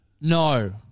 no